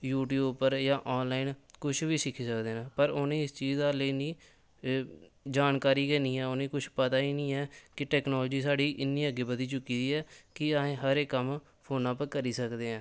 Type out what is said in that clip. YouTube पर जां online कुछ बी सिक्खी सकदे ने पर उ'नेंगी इस चीजा दा जानकारी नीं ऐ उ'नेंगी कुछ पता गे नीं ऐ कि टैक्नोलजी साढ़ी इ'न्नी अग्गें बद्धी चुकी दी ऐ कि आहें हर इक कम्म फोना पर करी सकनेआं